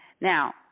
now